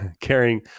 carrying